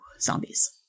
zombies